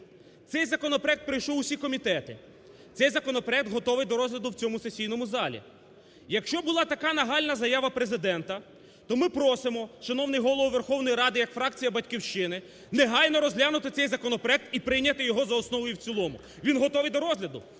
Цей законопроект пройшов всі комітети, цей законопроект готовий до розгляду в цьому сесійному залі. Якщо була така нагальна заява Президента, то ми просимо, шановний Голово Верховної Ради, як фракція "Батьківщини" негайно розглянути цей законопроект і прийняти його за основу і в цілому. Він готовий до розгляду.